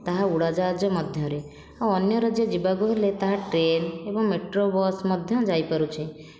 ତାହା ଉଡ଼ାଜାହାଜ ମଧ୍ୟରେ ଓ ଅନ୍ୟ ରାଜ୍ୟ ଯିବାକୁ ହେଲେ ତାହା ଟ୍ରେନ ଏବଂ ମେଟ୍ରୋ ବସ୍ ମଧ୍ୟ ଯାଇପାରୁଛି